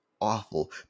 awful